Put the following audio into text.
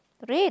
red